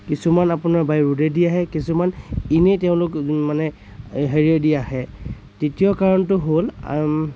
কিছুমান আপোনাৰ বাই ৰোডেদি আহে কিছুমান ইনেই তেওঁলোক মানে হেৰিয়েদি আহে দ্বিতীয় কাৰণটো হ'ল